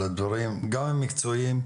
על הדברים גם המקצועיים.